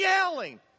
yelling